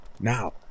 Now